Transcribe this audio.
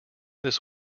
this